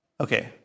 Okay